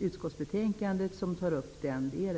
utskottsbetänkandet som tar upp den frågan.